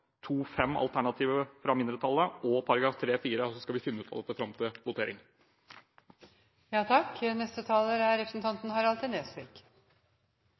fra mindretallet i tilrådingen, og så skal finne ut av dette fram til votering. Representanten Harald T. Nesvik